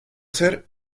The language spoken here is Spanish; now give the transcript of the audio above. ser